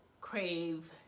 crave